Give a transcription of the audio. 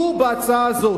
לו היתה בהצעה הזאת,